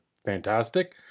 Fantastic